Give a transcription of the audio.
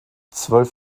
zwölf